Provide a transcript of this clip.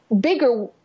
bigger